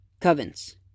Covenants